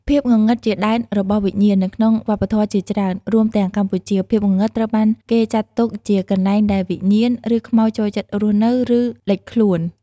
ភាពងងឹតជាដែនរបស់វិញ្ញាណ នៅក្នុងវប្បធម៌ជាច្រើន រួមទាំងកម្ពុជា ភាពងងឹតត្រូវបានគេចាត់ទុកជាកន្លែងដែលវិញ្ញាណ ឬខ្មោចចូលចិត្តរស់នៅ ឬលេចខ្លួន ។